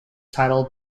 title